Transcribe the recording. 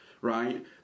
right